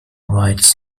rights